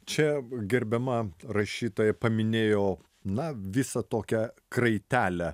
čia gerbiama rašytoja paminėjo na visą tokią kraitelę